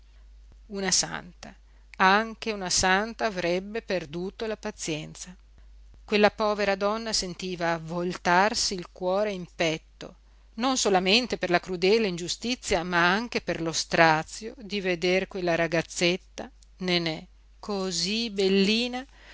una santa anche una santa avrebbe perduto la pazienza quella povera donna sentiva voltarsi il cuore in petto non solamente per la crudele ingiustizia ma anche per lo strazio di veder quella ragazzetta nenè cosí bellina